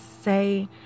say